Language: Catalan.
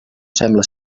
sembla